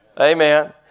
Amen